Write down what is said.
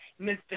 Mr